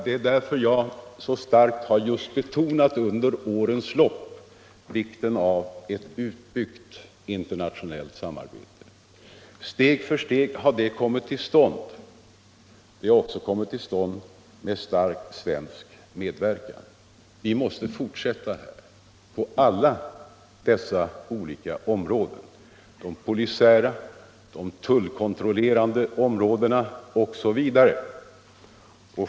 Det är därför jag under årens lopp så starkt betonat vikten av ett utbyggt internationellt samarbete. Steg för steg har ett sådant kommit till stånd. Det har också kommit till stånd under stark svensk medverkan. Vi måste fortsätta arbetet på alla dessa olika områden: det polisiära, det tullkontrollerande osv.